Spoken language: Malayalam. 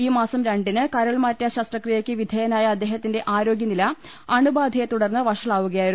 ഈ മാസം രണ്ടിന് കരൾമാറ്റ ശസ്ത്രക്രിയയ്ക്ക് വിധേയനാ യ അദ്ദേഹത്തിന്റെ ആരോഗ്യനില അണുബാധയെ തുടർന്ന് വഷ ളാവുകയായിരുന്നു